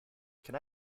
can